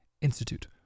Institute